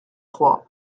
trois